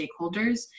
stakeholders